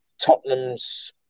Tottenham's